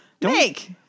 make